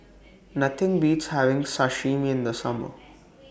Nothing Beats having Sashimi in The Summer